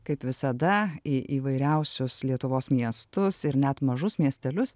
kaip visada į įvairiausius lietuvos miestus ir net mažus miestelius